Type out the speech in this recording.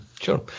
sure